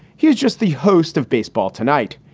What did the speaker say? he is just the host of baseball tonight.